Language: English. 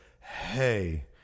hey